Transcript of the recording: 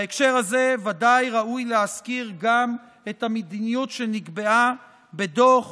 בהקשר הזה ודאי ראוי להזכיר גם את המדיניות שנקבעה בדוח